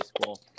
School